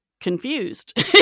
confused